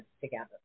together